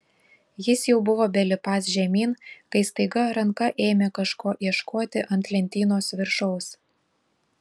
jis jau buvo belipąs žemyn kai staiga ranka ėmė kažko ieškoti ant lentynos viršaus